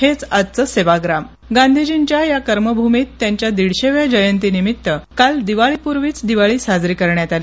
हेच आजच सेवाप्राम गांधीजींच्या या कर्मभूमीत त्यांच्या दीडशेव्या जयंतीनिमित्त काल दिवाळीपूर्वीच दिवाळी साजरी करण्यात आली